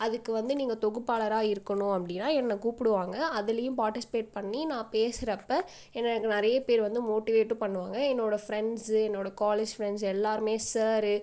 அதுக்கு வந்து நீங்கள் தொகுப்பாளராக இருக்கணும் அப்படின்னா என்ன கூப்பிடுவாங்க அதிலையும் பாட்டிஸ்பேட் பண்ணி நான் பேசுறப்போ என்ன எனக்கு நிறைய பேர் வந்து மோட்டிவேட்டும் பண்ணுவாங்க என்னோட ஃப்ரெண்ட்ஸ் என்னோட காலேஜ் ஃப்ரெண்ட்ஸ் எல்லாருமே சார்